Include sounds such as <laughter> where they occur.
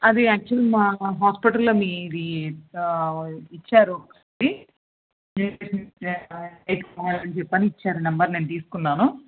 అది యక్చువల్గా మా హాస్పిటల్లో మీది ఇచ్చారు <unintelligible> అని చెప్పని ఇచ్చారు నెంబర్ నేను తీసుకున్నాను